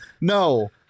No